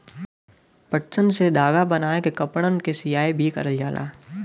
पटसन से धागा बनाय के कपड़न क सियाई भी करल जाला